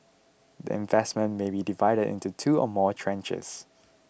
the investment may be divided into two or more tranches